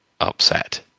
upset